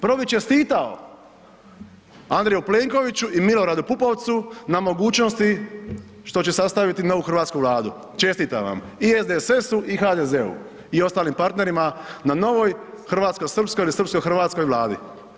Prvo bih čestitao Andreju Plenkoviću i Miloradu Pupovcu na mogućnosti što će sastaviti novu hrvatsku Vladu, čestitam vam i SDSS-u i HDZ-u i ostalim partnerima na novoj hrvatsko-srpskoj ili srpsko-hrvatskoj Vladi.